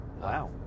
Wow